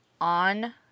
on